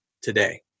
today